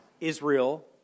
Israel